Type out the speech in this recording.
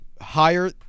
Higher